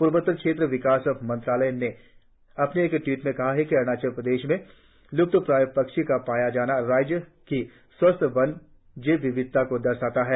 पूर्वोत्तर क्षेत्र विकास मंत्रालय ने अपने एक ट्वीट में कहा कि अरुणाचल में लुप्त प्राय पक्षी का पाया जाना राज्य की स्वस्थ वन जैव विविधता को दर्शाता है